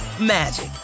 magic